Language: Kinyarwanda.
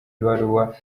ibaruwa